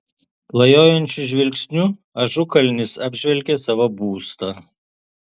klajojančiu žvilgsniu ažukalnis apžvelgė savo būstą